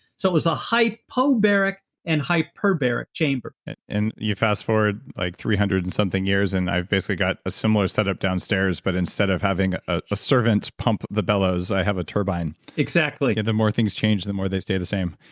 so it was a hypobaric and hyperbaric chamber and you fast forward like three hundred and something years and i've basically got a similar setup downstairs, but instead of having a a servant pump the bellows, i have a turbine exactly yet and the more things change, the more they stay the same.